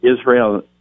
Israel